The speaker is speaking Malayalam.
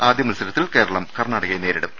ആദ്യ മത്സരത്തിൽ കേരളം കർണാടകയെ നേരിടും